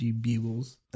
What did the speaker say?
Bugles